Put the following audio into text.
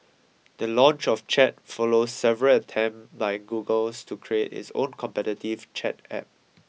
the launch of chat follows several attempt by Googles to create its own competitive chat App